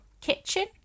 kitchen